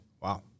Wow